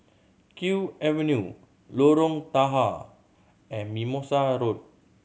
Kew Avenue Lorong Tahar and Mimosa Road